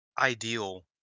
ideal